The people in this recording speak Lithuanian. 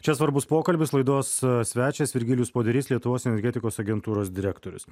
čia svarbus pokalbis laidos svečias virgilijus poderys lietuvos energetikos agentūros direktorius